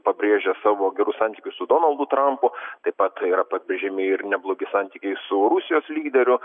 pabrėžė savo gerus santykius su donaldu trampu taip pat yra pabrėžiami ir neblogi santykiai su rusijos lyderiu